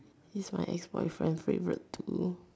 he's my ex-boyfriend favourite too